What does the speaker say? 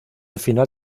final